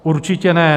Určitě ne.